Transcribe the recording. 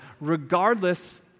regardless